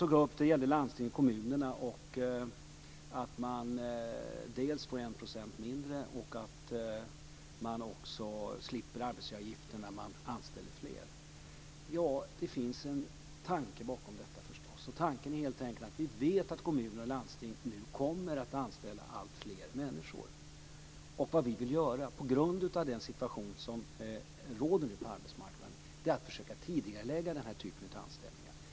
En annan fråga gällde landsting och kommunerna, dels att de får 1 % mindre, dels att de slipper arbetsgivaravgifterna om de anställer fler. Det finns förstås en tanke bakom detta. Tanken är att vi vet att kommuner och landsting kommer att anställa alltfler människor. Vad vi vill göra, på grund av den situation som nu råder på arbetsmarknaden, är att försöka tidigarelägga den här typen av anställningar.